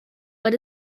but